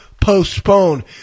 postpone